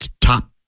top